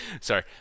Sorry